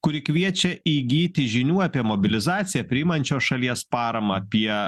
kuri kviečia įgyti žinių apie mobilizaciją priimančios šalies paramą apie